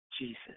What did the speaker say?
Jesus